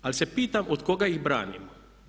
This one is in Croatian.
Ali se pitam od koga ih branimo?